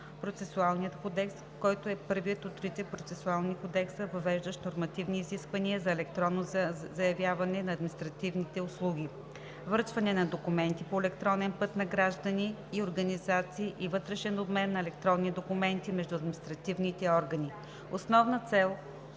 кодекс, който е първият от трите процесуални кодекса, въвеждащ нормативни изисквания за електронно заявяване на административни услуги, връчване на документи по електронен път на граждани и организации и вътрешен обмен на електронни документи между административните органи. Основна цел